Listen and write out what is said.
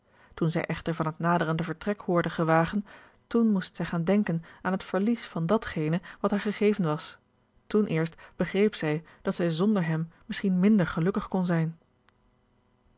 toen zij echter van het naderende vertrek hoorde gewagen toen zij moest gaan denken aan het verlies van datgene wat haar gegeven was toen eerst begreep zij dat zij zonder hem misschien minder gelukkig kon zijn